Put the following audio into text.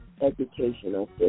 educational